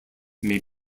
may